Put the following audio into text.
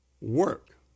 work